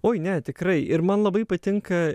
oi ne tikrai ir man labai patinka